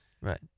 Right